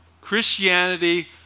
Christianity